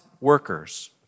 workers